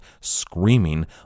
screaming